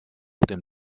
dem